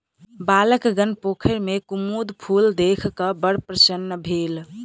बालकगण पोखैर में कुमुद फूल देख क बड़ प्रसन्न भेल